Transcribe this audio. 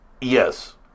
yes